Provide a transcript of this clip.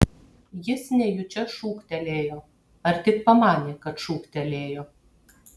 jis nejučia šūktelėjo ar tik pamanė kad šūktelėjo